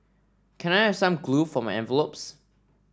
can I have some glue for my envelopes